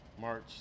March